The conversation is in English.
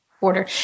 order